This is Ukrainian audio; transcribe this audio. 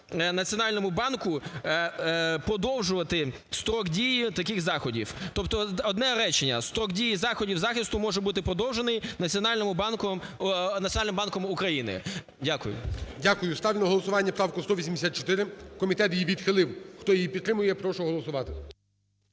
Національному банку продовжувати строк дії таких заходів. Тобто одне речення: "Строк дії заходів захисту може бути продовжений Національним банком України". Дякую. ГОЛОВУЮЧИЙ. Дякую. Ставлю на голосування правку 184. Комітет її відхилив. Хто її підтримує, прошу голосувати.